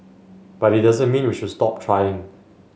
but it doesn't mean we should stop trying